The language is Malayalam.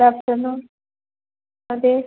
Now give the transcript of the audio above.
ഗുഡാ ആഫ്റ്റർനൂൺ അതെ